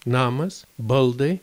namas baldai